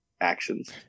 actions